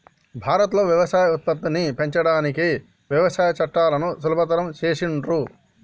భారత్ లో వ్యవసాయ ఉత్పత్తిని పెంచడానికి వ్యవసాయ చట్టాలను సులభతరం చేసిండ్లు